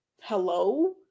Hello